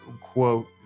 quote